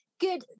good